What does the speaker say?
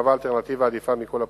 שמהווה אלטרנטיבה עדיפה מכל הבחינות.